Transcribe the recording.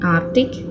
Arctic